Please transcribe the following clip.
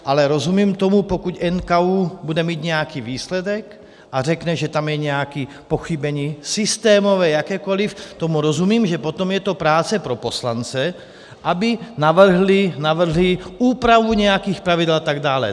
Ale rozumím tomu, pokud NKÚ bude mít nějaký výsledek a řekne, že tam je nějaké pochybení systémové, jakékoli tomu rozumím, že potom je to práce pro poslance, aby navrhli úpravu nějakých pravidel a tak dále.